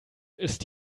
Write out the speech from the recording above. ist